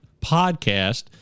podcast